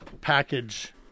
package